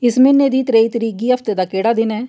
इस म्हीने दी त्रेई तरीक गी हफ्ते दा केह्ड़ा दिन ऐ